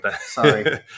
sorry